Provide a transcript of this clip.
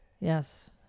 Yes